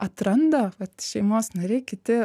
atranda vat šeimos nariai kiti